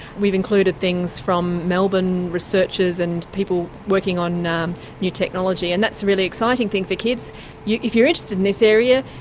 we've included things from melbourne researchers and people working on um new technology, and that's a really exciting thing for kids yeah if you're interested in this area,